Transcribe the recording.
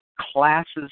classes